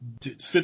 sit